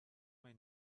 may